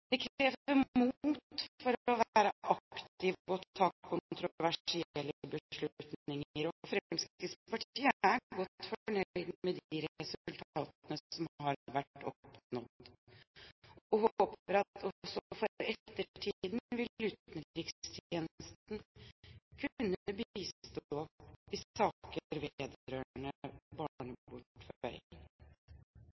Det krever mot for å være aktiv og ta kontroversielle beslutninger. Fremskrittspartiet er godt fornøyd med de resultatene som er oppnådd, og håper at utenrikstjenesten også for ettertiden vil kunne